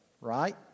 right